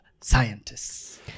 scientists